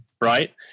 right